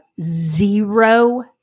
zero